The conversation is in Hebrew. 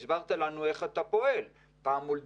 ויכול שלפעמים נופלים בו טעויות,